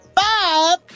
five